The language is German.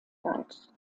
wald